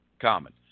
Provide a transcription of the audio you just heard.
common